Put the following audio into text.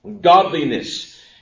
godliness